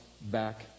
back